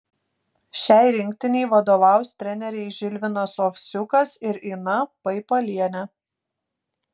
šiai rinktinei vadovaus treneriai žilvinas ovsiukas ir ina paipalienė